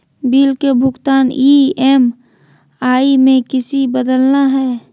Bill के भुगतान EMI में किसी बदलना है?